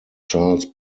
charles